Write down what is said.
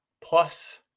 plus